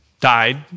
died